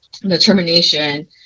determination